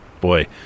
boy